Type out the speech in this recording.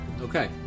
Okay